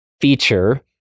feature